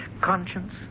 Conscience